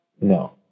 No